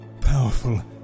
powerful